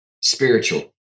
spiritual